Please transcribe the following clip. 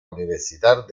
universidad